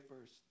first